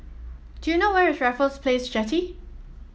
do you know where is Raffles Place Jetty